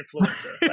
influencer